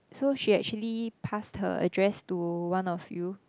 so she actually passed her address to one of you